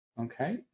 okay